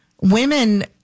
women